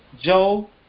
Joe